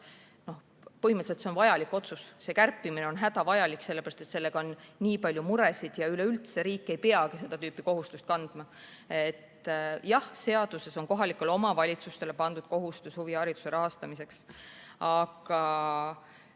põhimõtteliselt vajalik otsus, see kärpimine on hädavajalik, sellepärast et sellega on nii palju muresid ja üleüldse riik ei peagi seda tüüpi kohustust kandma. Jah, seaduses on kohalikele omavalitsustele pandud kohustus huviharidust rahastada. Aga